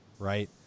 right